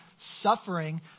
suffering